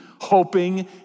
hoping